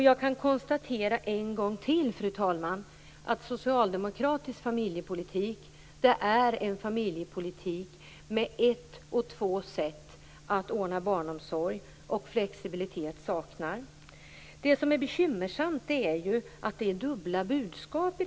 Jag kan ännu en gång konstatera att socialdemokratisk familjepolitik är en familjepolitik med ett och två sätt att ordna barnomsorg och med avsaknaden av flexibilitet. Det som är bekymmersamt är de dubbla budskapen.